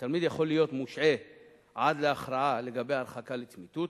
התלמיד יכול להיות מושעה עד להכרעה לגבי הרחקה לצמיתות,